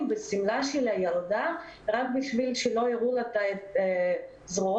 בשמלה של הילדה רק בשביל שלא יראו לה את הזרועות.